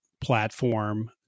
platform